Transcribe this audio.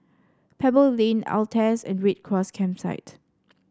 Pebble Lane Altez and Red Cross Campsite